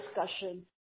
discussion